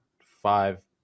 five –